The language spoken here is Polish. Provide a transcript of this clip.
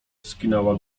skinęła